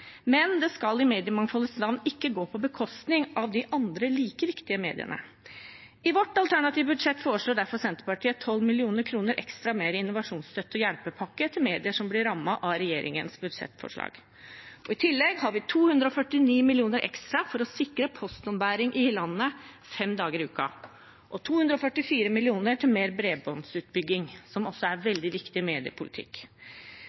men det skal i mediemangfoldets navn ikke gå på bekostning av de andre, like viktige, mediene. I sitt alternative budsjett foreslår derfor Senterpartiet 12 mill. kr ekstra i innovasjonsstøtte og hjelpepakke til medier som blir rammet av regjeringens budsjettforslag. I tillegg har vi 249 mill. kr ekstra for å sikre postombæring i hele landet fem dager i uken og 244 mill. kr til mer bredbåndsutbygging, som også er